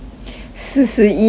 四十一 lah